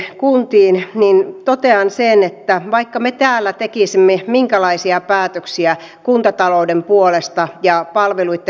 ja tietenkin toivon että alueet sitten aktiivisesti hakevat niitä säästyneitä laajakaistahankerahoja